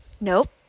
nope